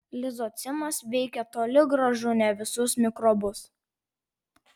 lizocimas veikė toli gražu ne visus mikrobus